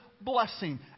blessing